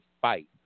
fight